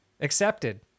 Accepted